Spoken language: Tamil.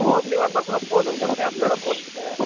ஓமினி வந்தால் கூட போதும் ஃபேமிலியோடு போகிறதுக்கு